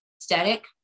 aesthetic